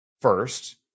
First